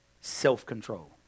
self-control